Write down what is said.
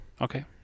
Okay